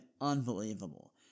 unbelievable